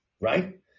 right